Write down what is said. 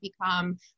become